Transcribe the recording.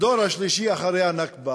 אחרי הנכבה